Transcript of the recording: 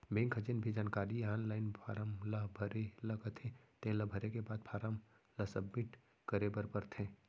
bank ह जेन भी जानकारी आनलाइन फारम ल भरे ल कथे तेन ल भरे के बाद फारम ल सबमिट करे बर परथे